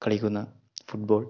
കളിക്കുന്ന ഫുട്ബോൾ